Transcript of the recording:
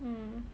mm